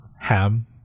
Ham